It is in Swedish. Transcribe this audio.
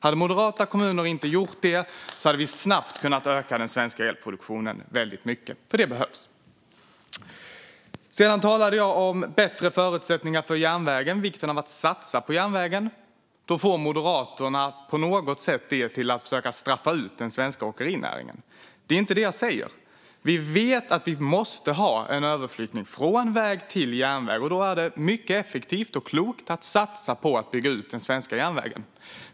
Om moderata kommuner inte hade gjort det hade vi snabbt kunnat öka den svenska elproduktionen väldigt mycket. Det behövs. Sedan talade jag om bättre förutsättningar för järnvägen och vikten av att satsa på järnvägen. Då får Moderaterna på något sätt detta till att vi försöker straffa ut den svenska åkerinäringen. Det är inte vad jag säger. Vi vet att det måste bli en överflyttning från väg till järnväg. Då är det mycket effektivt och klokt att satsa på att bygga ut järnvägen.